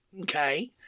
okay